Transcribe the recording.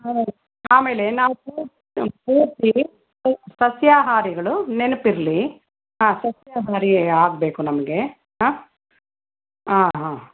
ಹೌದು ಆಮೇಲೆ ನಾವು ಪೂರ್ತಿ ಪೂರ್ತಿ ಸಸ್ಯಹಾರಿಗಳು ನೆನ್ಪು ಇರಲಿ ಹಾಂ ಸಸ್ಯಾಹಾರಿ ಆಗಬೇಕು ನಮಗೆ ಹಾಂ ಹಾಂ ಹಾಂ